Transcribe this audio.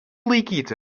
laikyti